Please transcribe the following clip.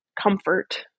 comfort